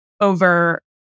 over